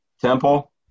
Temple